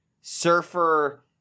surfer